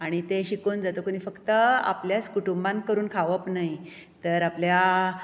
आनीक तें शिकून जातकून फक्त आपल्याच कुटुंबांत करून खावप न्हय तर आपल्या